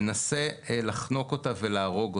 מנסה לחנוק אותה ולהרוג אותה,